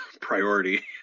priority